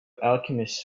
alchemist